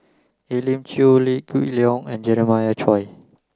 Elim Chew Liew Geok Leong and Jeremiah Choy